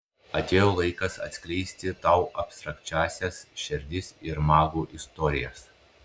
atėjo laikas atskleisti tau abstrakčiąsias šerdis ir magų istorijas